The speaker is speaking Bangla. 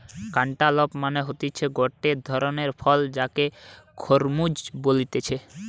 ক্যান্টালপ মানে হতিছে গটে ধরণের ফল যাকে খরমুজ বলতিছে